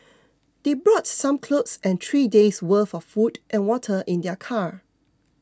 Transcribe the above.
they brought some clothes and three days' worth of food and water in their car